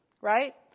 right